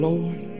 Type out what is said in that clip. Lord